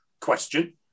question